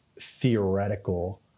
theoretical